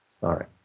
sorry